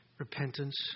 Repentance